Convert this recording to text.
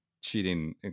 cheating